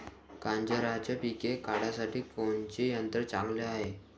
गांजराचं पिके काढासाठी कोनचे यंत्र चांगले हाय?